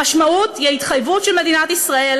המשמעות היא ההתחייבות של מדינת ישראל